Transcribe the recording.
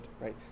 right